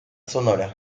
sonora